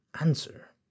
answer